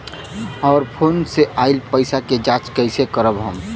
और फोन से आईल पैसा के जांच कैसे करब हम?